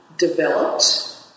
Developed